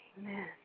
Amen